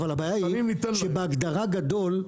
אבל הבעיה היא שבהגדרה גדול,